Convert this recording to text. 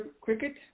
cricket